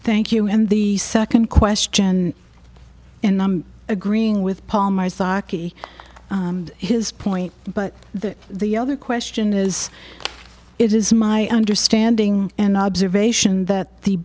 thank you and the second question and i'm agreeing with paul my zaki and his point but the the other question is it is my understanding and observation that the